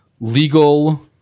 legal